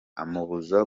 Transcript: amubuza